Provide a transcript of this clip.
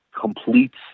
completes